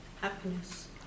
happiness